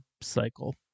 cycle